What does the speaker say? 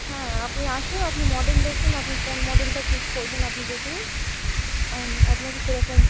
হ্যাঁ আপনি আসুন আপনি মডেল দেখুন আপনি কোন মডেলটা চুস করবেন আপনি দেখে নিন আপনাকে সেরকম